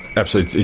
absolutely,